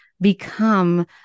become